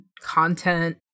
content